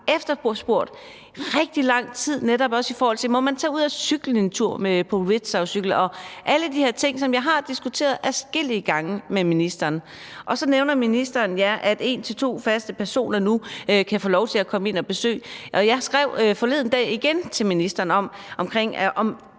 efterspurgt i rigtig lang tid, netop også i forhold til om man må cykle en tur på en rickshawcykel og alle de her ting, som jeg har diskuteret adskillige gange med ministeren. Så nævner ministeren, at en til to faste personer nu kan få lov til at komme ind på besøg, men som jeg forleden igen skrev til ministeren om, er